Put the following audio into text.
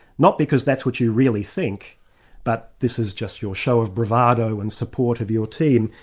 not because that's what you really think but this is just your show of bravado and support of your team.